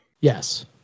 Yes